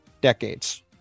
decades